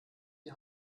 die